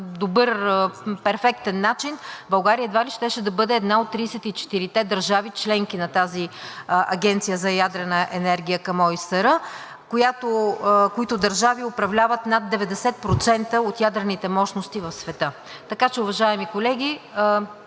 добър, перфектен начин, България едва ли щеше да бъде една от 34-те държави членки на тази Агенция за ядрена енергия към ОИСР, които държави управляват над 90% от ядрените мощности в света. Уважаеми колеги,